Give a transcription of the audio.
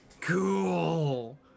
Cool